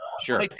Sure